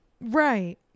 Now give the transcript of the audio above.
right